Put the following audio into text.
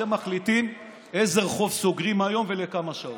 אתם מחליטים איזה רחוב סוגרים היום ולכמה שעות.